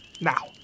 Now